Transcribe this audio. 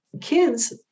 kids